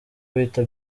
bita